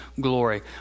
glory